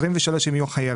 על 23' הם יהיו חייבים,